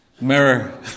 Mirror